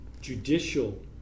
judicial